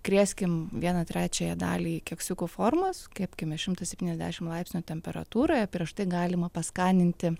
krėskim vieną trečiąją dalį į keksiukų formas kepkime šimtas septyniasdešimt laipsnių temperatūroje prieš tai galima paskaninti